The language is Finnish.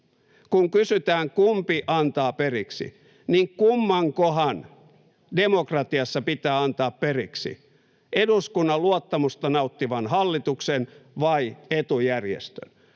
Kun kysytään, kumpi antaa periksi, niin kummankohan demokratiassa pitää antaa periksi, eduskunnan luottamusta nauttivan hallituksen vai etujärjestön?